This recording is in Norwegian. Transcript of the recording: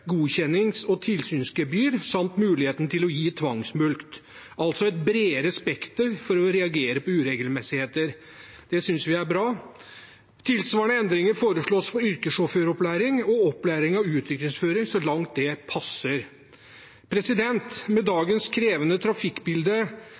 godkjennings- og tilsynsgebyr samt mulighet til å gi tvangsmulkt – altså et bredere spekter for å reagere på uregelmessigheter. Det synes vi er bra. Tilsvarende endringer foreslås for yrkessjåføropplæring og opplæring av utrykningsførere så langt det passer. Med